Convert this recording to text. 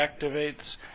activates